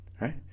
right